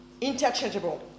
Interchangeable